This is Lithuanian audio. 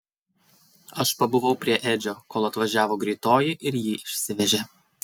aš pabuvau prie edžio kol atvažiavo greitoji ir jį išsivežė